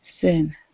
sin